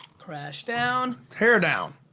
crash down. tear down.